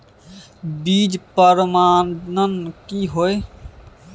बीज प्रमाणन की हैय?